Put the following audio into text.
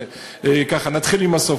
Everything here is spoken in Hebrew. נתחיל מהסוף.